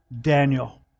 Daniel